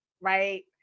right